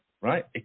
right